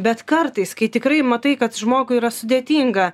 bet kartais kai tikrai matai kad žmogui yra sudėtinga